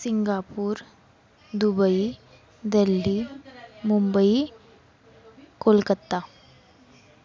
Singapore Dubai Delhi Mumbai Kolkata